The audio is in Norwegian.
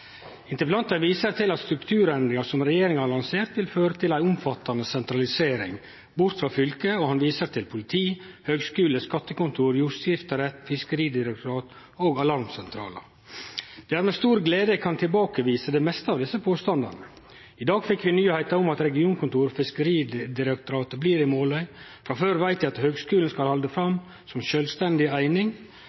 Interpellanten viser til at strukturendringar som regjeringa har lansert, vil føre til ei omfattande sentralisering bort frå fylket, og han viser til politi, høgskule, skattekontor, jordskifterett, fiskeridirektorat og alarmsentralar. Det er med stor glede eg kan tilbakevise dei fleste av desse påstandane. I dag fekk vi nyheita om at regionkontoret for Fiskeridirektoratet blir i Måløy, frå før veit vi at høgskulen skal halde fram som sjølvstendig eining,